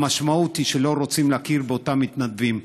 המשמעות היא שלא רוצים להכיר באותם מתנדבים.